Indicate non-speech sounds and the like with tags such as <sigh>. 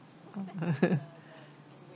<laughs>